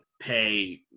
pay –